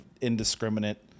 indiscriminate